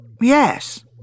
yes